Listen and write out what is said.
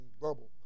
verbal